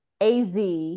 AZ